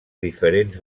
diferents